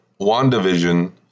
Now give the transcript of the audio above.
wandavision